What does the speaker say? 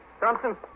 Thompson